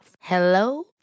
Hello